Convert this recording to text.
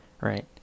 right